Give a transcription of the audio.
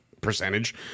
percentage